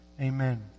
Amen